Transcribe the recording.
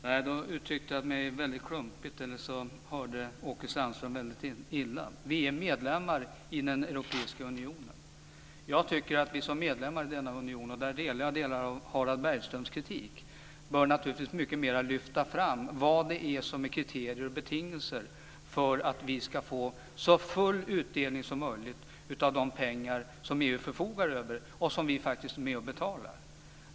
Herr talman! Nej. Endera uttryckte jag mig väldigt klumpigt eller också hör Åke Sandström väldigt illa. Vi är nu medlemmar i Europeiska unionen. Jag tycker att vi som medlemmar i denna union - där instämmer jag i delar av Harald Bergströms kritik - mycket mer bör lyfta fram vad som är kriterier och betingelser för att vi i så stor utsträckning som möjligt ska få full utdelning när det gäller de pengar som EU förfogar över och som vi faktiskt är med och betalar.